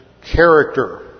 character